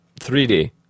3D